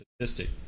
statistic